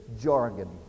jargon